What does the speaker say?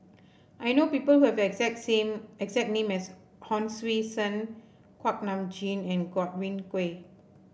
I know people who have the exact same the exact name as Hon Sui Sen Kuak Nam Jin and Godwin Koay